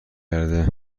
گرده